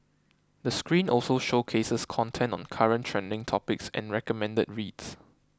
the screen also showcases content on current trending topics and recommended reads